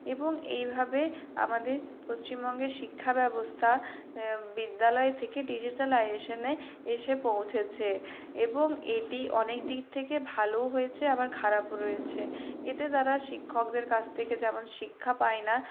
এবং এইভাবে আমাদের পশ্চিমবঙ্গের শিক্ষাব্যবস্থা বিদ্যালয় থেকে ডিজিটালাইজেশনে এসে পৌঁছেছে এবং এটি অনেক দিক থেকে ভালোও হয়েছে আবার খারাপও রয়েছে এতে তারা শিক্ষকের কাছ থেকে যেমন শিক্ষা পায় না